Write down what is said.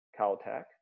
caltech